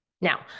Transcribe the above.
Now